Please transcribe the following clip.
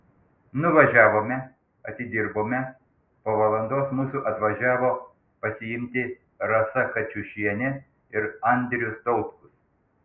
nuvažiavome atidirbome po valandos mūsų atvažiavo pasiimti rasa kačiušienė ir andrius tautkus